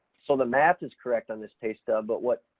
so the math is correct on this pay stub, but what,